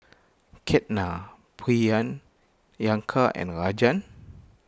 Ketna Priyan Yanka and Rajan